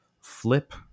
flip